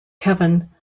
kevin